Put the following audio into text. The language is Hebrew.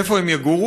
איפה הם יגורו?